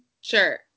Sure